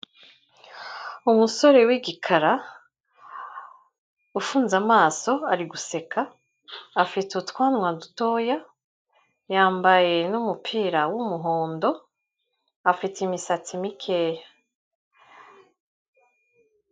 Umusore w'igikara ufunze amaso ari guseka, afite utwanwa dutoya, yambaye n'umupira w'umuhondo, afite imisatsi mikeya.